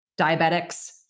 Diabetics